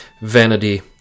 vanity